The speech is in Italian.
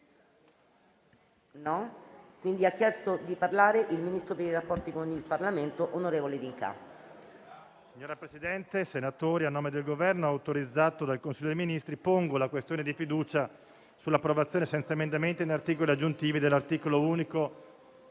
Signora Presidente, onorevoli senatori, a nome del Governo, autorizzato dal Consiglio dei ministri, pongo la questione di fiducia sull'approvazione, senza emendamenti né articoli aggiuntivi, dell'articolo unico